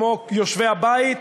כמו יושבי הבית,